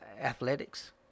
athletics